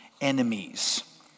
enemies